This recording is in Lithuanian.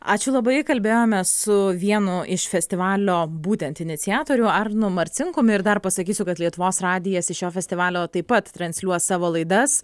ačiū labai kalbėjomės su vienu iš festivalio būtent iniciatorių arnu marcinkumi ir dar pasakysiu kad lietuvos radijas iš šio festivalio taip pat transliuos savo laidas